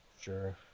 Sure